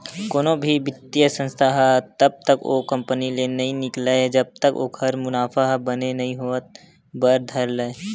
कोनो भी बित्तीय संस्था ह तब तक ओ कंपनी ले नइ निकलय जब तक ओखर मुनाफा ह बने नइ होय बर धर लय